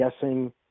guessing